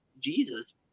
Jesus